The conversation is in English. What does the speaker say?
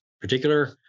particular